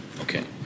Okay